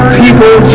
people